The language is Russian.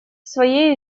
своей